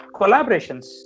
collaborations